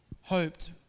hoped